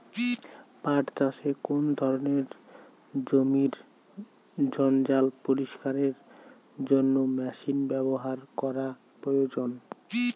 পাট চাষে কোন ধরনের জমির জঞ্জাল পরিষ্কারের জন্য মেশিন ব্যবহার করা প্রয়োজন?